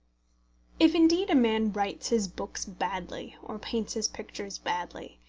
if indeed a man writes his books badly, or paints his pictures badly,